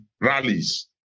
rallies